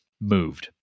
moved